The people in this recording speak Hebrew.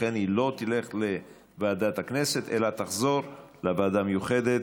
לכן היא לא תלך לוועדת הכנסת אלא תחזור לוועדה המיוחדת.